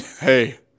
Hey